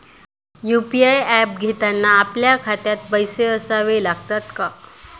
UPI app घेताना आपल्या खात्यात पैसे असावे लागतात का?